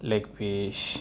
leg piece